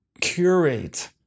curate